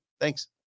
Thanks